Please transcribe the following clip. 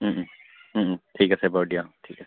ঠিক আছে বাৰু দিয়া ঠিক আছে